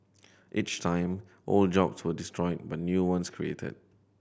each time old jobs were destroyed but new ones created